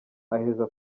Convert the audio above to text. aheza